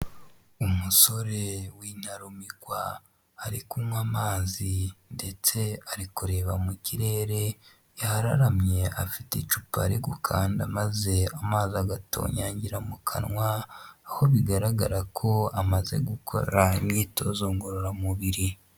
Umusore w'intarumikwa ari kunywa amazi ndetse ari kureba mu kirere yararamye afite icupa ari gukanda maze amazi agatonyangira mu kanwa, aho bigaragara ko amaze gukora imyitozo ngororamubiri.